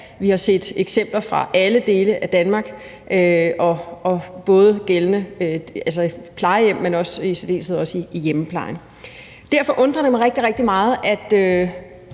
Vi har set eksempler fra alle dele af Danmark, både i forhold til vores plejehjem, men også i hjemmeplejen. Derfor undrer det mig rigtig, rigtig